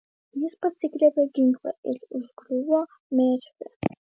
jis pasigriebė ginklą ir užgriuvo merfį